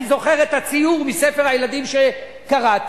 אני זוכר את הציור מספר הילדים שקראתי,